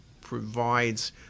provides